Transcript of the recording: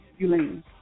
Eulene